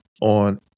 on